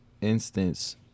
instance